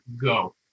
go